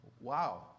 Wow